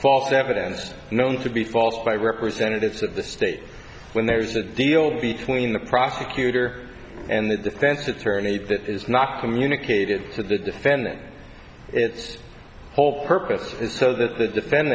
false evidence known to be false by representatives of the state when there's a deal between the prosecutor and the defense attorney that is not communicated to the defendant it's whole purpose